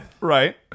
Right